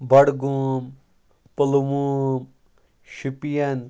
Budgam Pulwama Shopian